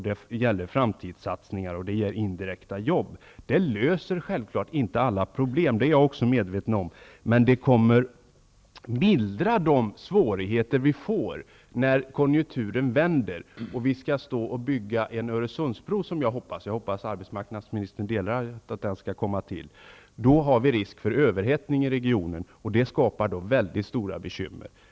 Det gäller framtidssatsningar och indirekta jobb. Det löser självfallet inte alla problem -- det är jag medveten om -- men det mildrar de svårigheter som uppstår när konjunkturen vänder och vi skall bygga en Öresundsbro. Jag hoppas att arbetsmarknadsministern delar uppfattningen att den skall byggas. Det finns då risk för överhettning i regionen, och det skapar stora bekymmer.